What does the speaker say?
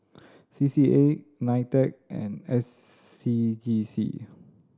C C A NITEC and S C G C